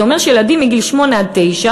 זה אומר שילדים מגיל שמונה עד תשע